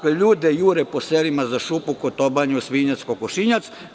Ljude jure po selima za šupu, kotobanju, svinjac, kokošinjac.